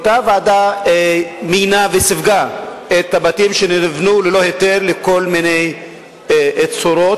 אותה ועדה מיינה וסיווגה את הבתים שנבנו ללא היתר בכל מיני צורות.